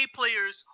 players